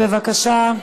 בבקשה.